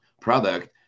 product